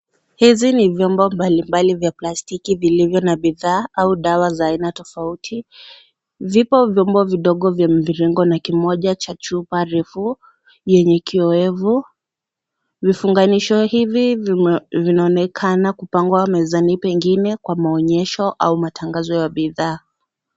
Hizi ni vyombo mbalimbali vya plastiki vilivyo na bidhaa au dawa za aina tofauti. Vipo vyombo vidogo vya mviringo na kimoja cha chupa refu yenye kioevu. Vifunganishio hivi vinaonekana kupangwa mezani pengine kwa maonyesho au matangazo ya bidhaa.